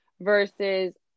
versus